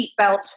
seatbelt